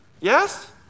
Yes